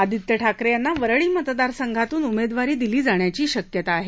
आदित्य ठाकरे यांना वरळी मतदार संघातून उमेदवारी दिली जाण्याची शक्यता आहे